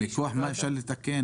מכוח מה אפשר לתקן?